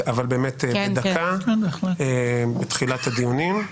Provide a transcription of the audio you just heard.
אבל באמת בדקה בתחילת הדיונים.